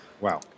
Wow